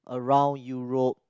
around Europe